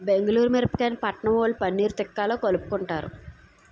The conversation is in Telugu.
బెంగుళూరు మిరపకాయని పట్నంవొళ్ళు పన్నీర్ తిక్కాలో కలుపుకుంటారు